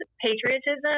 patriotism